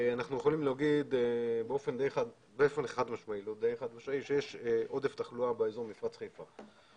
אנחנו יכולים לומר באופן חד משמעי שיש עודף תחלואה באזור מפרץ חיפה.